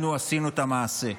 אנחנו עשינו את המעשה,